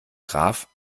graph